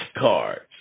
cards